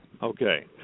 Okay